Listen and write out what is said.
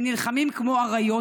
הם נלחמים כמו אריות,